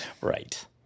Right